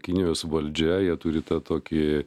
kinijos valdžia jie turi tą tokį